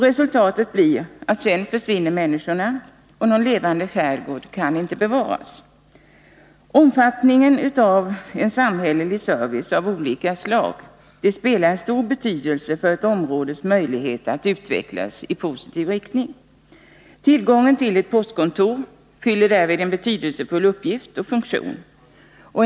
Resultatet blir att därefter försvinner också människorna och att någon levande skärgård inte kan bevaras. Omfattningen av samhällelig service av olika slag har stor betydelse för ett områdes möjlighet att utvecklas i positiv riktning. Att ha tillgång till ett postkontor är därvid betydelsefullt, då ju postkontoret fyller en viktig funktion.